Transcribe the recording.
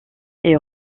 est